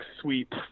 sweep